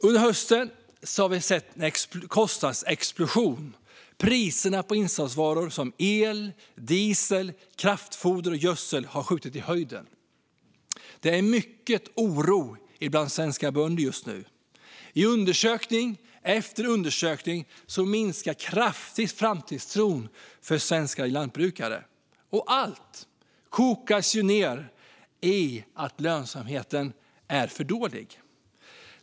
Under hösten har vi sett en kostnadsexplosion. Priserna på insatsvaror som el, diesel, kraftfoder och gödsel har skjutit i höjden. Det råder stor oro bland Sveriges bönder just nu. Enligt undersökning efter undersökning minskar framtidstron hos Sveriges lantbrukare kraftigt. Allt kokar ned till att lönsamheten är för dålig.